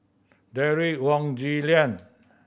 Derek Wong Zi Liang